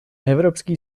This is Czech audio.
evropský